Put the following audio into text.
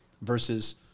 versus